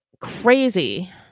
crazy